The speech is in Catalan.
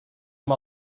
amb